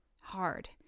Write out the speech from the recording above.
hard